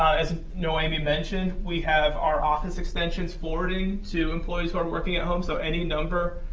as nohemy mentioned, we have our office extensions forwarding to employees who are working at home, so any number,